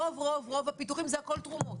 רוב רוב רוב הפיתוחים זה תרומות.